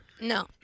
No